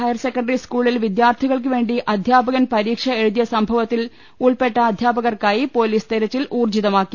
higher secondary സ്കൂളിൽ വിദ്യാർഥികൾക്ക് വേണ്ടി അധ്യാപകൻ പരീക്ഷ എഴുതിയ സംഭവത്തിൽ ഉൾപ്പെട്ട അധ്യാപകർക്കായി പൊലീസ് തെരച്ചിൽ ഊർജ്ജിതമാക്കി